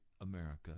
America